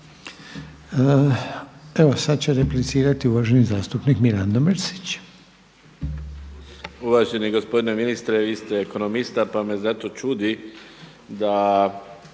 Evo sad će replicirati uvaženi zastupnik Mirando Mrsić.